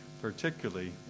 particularly